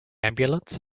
ambulance